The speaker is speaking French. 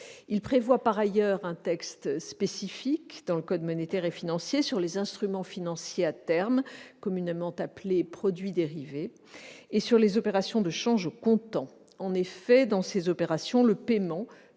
Il tend, par ailleurs, à insérer un texte spécifique dans le code monétaire et financier sur les instruments financiers à terme, communément appelés « produits dérivés », et sur les opérations de change au comptant. En effet, dans ces opérations, le paiement